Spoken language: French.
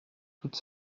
toute